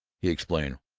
he explained,